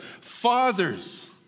Fathers